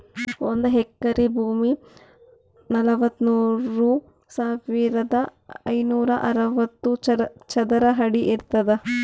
ಒಂದ್ ಎಕರಿ ಭೂಮಿ ನಲವತ್ಮೂರು ಸಾವಿರದ ಐನೂರ ಅರವತ್ತು ಚದರ ಅಡಿ ಇರ್ತದ